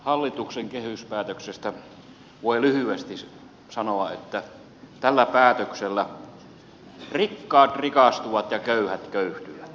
hallituksen kehyspäätöksestä voi lyhyesti sanoa että tällä päätöksellä rikkaat rikastuvat ja köyhät köyhtyvät